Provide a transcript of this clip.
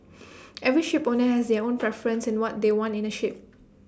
every shipowner has their own preference in what they want in A ship